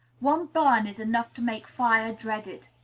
one burn is enough to make fire dreaded.